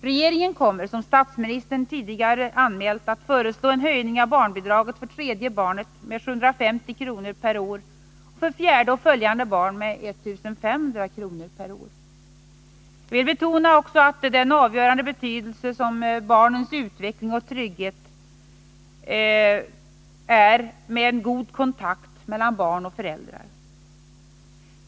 Regeringen kommer, som statsministern tidigare anmält, att föreslå en Jag vill också betona den avgörande betydelse för barns utveckling och trygghet som en god kontakt mellan barn och föräldrar innebär.